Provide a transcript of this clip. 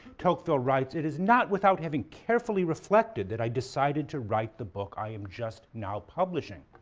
tocqueville writes, it is not without having carefully reflected that i decided to write the book i am just now publishing.